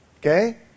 Okay